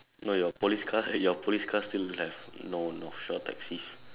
no your police car your police car still have no North shore taxi